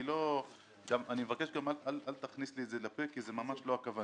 אני גם מבקש שלא תכניס לי את זה לפה כי זאת ממש לא הכוונה.